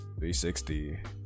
360